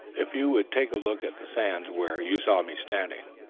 if you would take a look at the sands where you saw me standing.